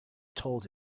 told